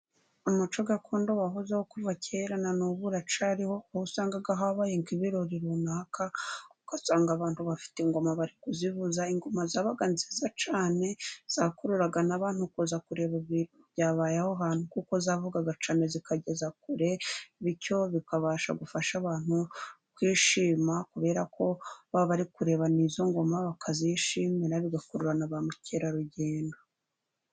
Umuco gakondo wahozeho kuva kera nanubu uracyariho, aho usanga habaye nk'ibirori runaka, ugasanga abantu bafite ingoma bari kuzivuza, ingoma zabaga nziza cyane, zakururaga n'abantu kuza kureba ibintu byabaye aho hantu kuko zavugaga cyane zikageza kure, bityo bikabasha gufasha abantu kwishima kubera ko baba bari kureba n'izo ngoma bakazishimira, bigakurura na ba mukerarugendo.